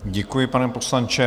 Děkuji, pane poslanče.